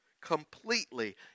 completely